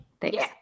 Thanks